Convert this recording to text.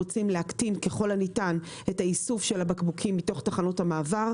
אנחנו רוצים להקטין ככל הניתן את האיסוף של הבקבוקים מתוך תחנות המעבר.